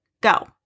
Go